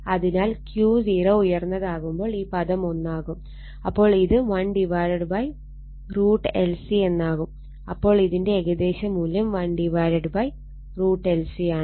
അതിനാൽ Q0 ഉയർന്നതാവുമ്പോൾ ഈ പദം ഒന്നാകും അപ്പോൾ ഇത് 1√L C ആവും അപ്പോൾ ഇതിന്റെ ഏകദേശ മൂല്യം 1√L C ആണ്